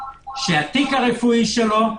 שהתיק הרפואי שלו,